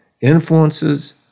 influences